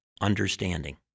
understanding